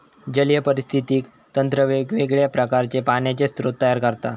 जलीय पारिस्थितिकी तंत्र वेगवेगळ्या प्रकारचे पाण्याचे स्रोत तयार करता